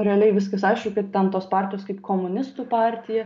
realiai viskas aišku kad ten tos partijos kaip komunistų partija